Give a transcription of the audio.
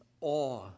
awe